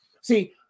See